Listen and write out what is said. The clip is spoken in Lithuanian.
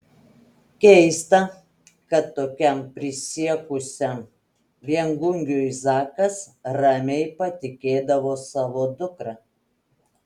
keista kad tokiam prisiekusiam viengungiui zakas ramiai patikėdavo savo dukrą